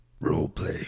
role-play